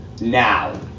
now